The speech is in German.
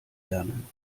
lernen